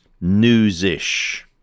news-ish—